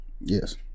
yes